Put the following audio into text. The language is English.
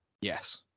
Yes